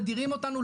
מדירים אותנו,